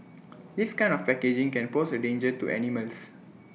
this kind of packaging can pose A danger to animals